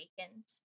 awakens